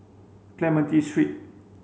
Clementi Street